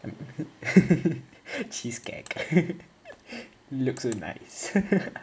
cheesecake look so nice